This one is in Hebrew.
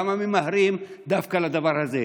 למה ממהרים דווקא לדבר הזה?